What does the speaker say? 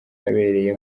yabereye